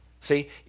See